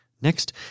Next